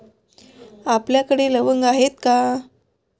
आपल्याकडे लवंगा आहेत का?